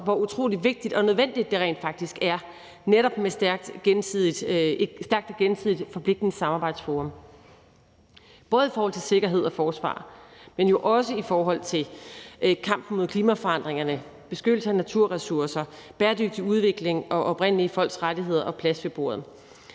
hvor utrolig vigtigt og nødvendigt det rent faktisk er med netop et stærkt og gensidigt forpligtende samarbejdsforum, og det er både i forhold til sikkerhed og forsvar, men jo også i forhold til kampen mod klimaforandringerne, beskyttelse af naturressourcer, bæredygtig udvikling og oprindelige folks rettigheder og plads ved bordet